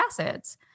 acids